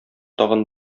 тагын